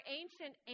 ancient